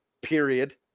Period